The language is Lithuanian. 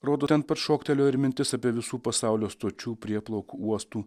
rodo ten pat šoktelėjo ir mintis apie visų pasaulio stočių prieplaukų uostų